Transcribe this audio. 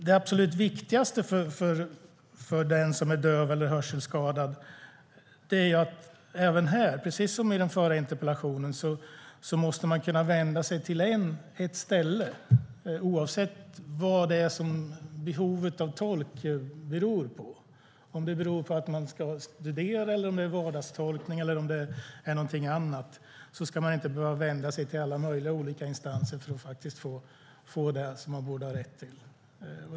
Det absolut viktigaste för den som är döv eller hörselskadad är att han eller hon - precis som i den förra interpellationen - även här måste kunna vända sig till ett ställe oavsett varför det finns ett behov av tolk. Vare sig man ska studera eller om det handlar om vardagstolkning eller någonting annat ska man inte behöva vända sig till alla möjliga instanser för att få det man borde ha rätt till.